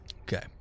Okay